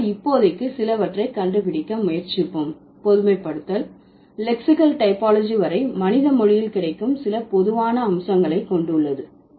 ஆனால் இப்போதைக்கு சிலவற்றை கண்டுபிடிக்க முயற்சிப்போம் பொதுமைப்படுத்தல் லெக்சிக்கல் டைபாலஜி வரை மனித மொழியில் கிடைக்கும் சில பொதுவான அம்சங்களை கொண்டுள்ளது